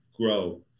grow